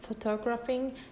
photographing